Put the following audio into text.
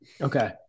Okay